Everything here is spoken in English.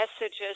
messages